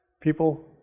People